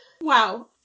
Wow